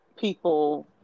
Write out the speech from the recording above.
people